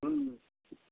हूँ